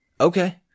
Okay